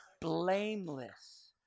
blameless